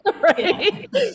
Right